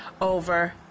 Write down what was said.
over